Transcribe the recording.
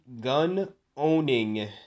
gun-owning